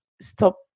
stop